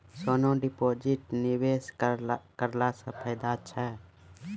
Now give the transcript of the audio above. सोना deposit निवेश करला से फैदा छै?